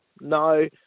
No